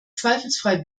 zweifelsfrei